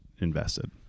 invested